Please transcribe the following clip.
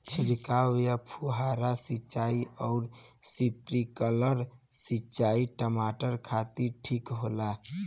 छिड़काव या फुहारा सिंचाई आउर स्प्रिंकलर सिंचाई टमाटर खातिर ठीक होला?